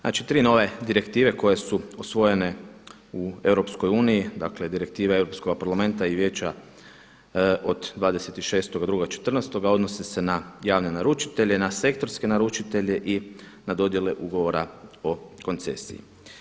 Znači tri nove direktive koje su usvojene u EU, dakle direktive Europskoga parlamenta i Vijeća od 26. … odnosi se na javne naručitelje, na sektorske naručitelje i na dodjele ugovora o koncesiji.